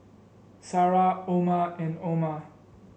Sarah Omar and Omar